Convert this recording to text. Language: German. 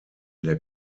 der